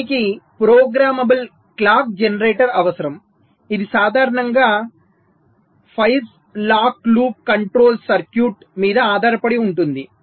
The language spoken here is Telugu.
దీనికి ప్రోగ్రామబుల్ క్లాక్ జెనరేటర్ అవసరం ఇది సాధారణంగా phase lock loop control circuit మీద ఆధారపడి ఉంటుంది